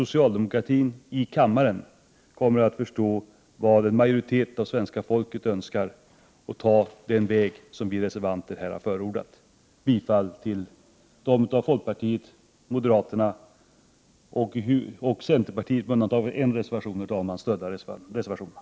Socialdemokratin i kammaren kommer att förstå vad en majoritet av svenska folket önskar och ta den väg som vi reservanter här har förordat. Jag yrkar bifall till de reservationer som stöds av folkpartiet, moderaterna och centerpartiet, med undantag för en reservation som från den borgerliga sidan stöds av enbart centern.